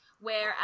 Whereas